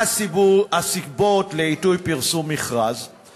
מה הסיבות לפרסום מכרז בעיתוי הזה?